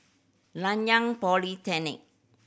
Nanyang Polytechnic